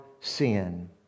sin